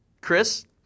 Chris